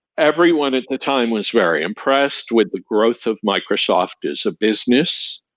everyone at the time was very impressed with the growth of microsoft as a business,